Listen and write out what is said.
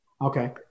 Okay